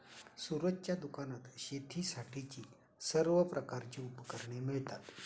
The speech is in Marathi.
सूरजच्या दुकानात शेतीसाठीची सर्व प्रकारची उपकरणे मिळतात